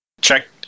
Check